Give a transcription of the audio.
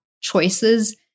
choices